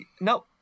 No